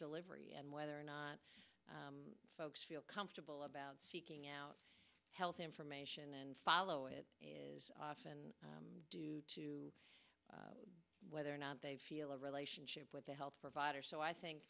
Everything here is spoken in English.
delivery and whether or not folks feel comfortable about seeking out health information and follow it is often due to whether or not they feel a relationship with the health provider so i